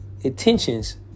intentions